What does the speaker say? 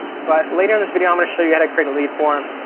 but later in this video i'm gonna show you how to create a lead form.